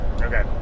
Okay